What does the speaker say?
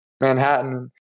Manhattan